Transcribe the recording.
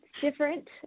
different